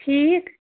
ٹھیٖک